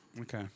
Okay